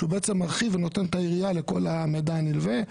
שהוא בעצם מרחיב ונותן את העירייה לכל המידע הנלווה.